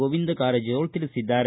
ಗೋವಿಂದ ಕಾರಜೋಳ ತಿಳಿಸಿದ್ದಾರೆ